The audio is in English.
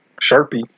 Sharpie